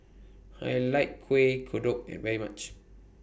I like Kuih Kodok very much